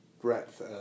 breadth